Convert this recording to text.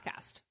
podcast